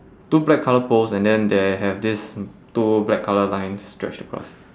two black colour poles and then they have this two black colour lines stretched across